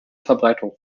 verbreitung